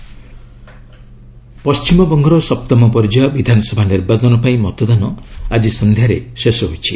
assembly election ପଶ୍ଚିମବଙ୍ଗର ସପ୍ତମ ପର୍ଯ୍ୟାୟ ବିଧାନସଭା ନିର୍ବାଚନ ପାଇଁ ମତଦାନ ଆଜି ସନ୍ଧ୍ୟାରେ ଶେଷ ହୋଇଛି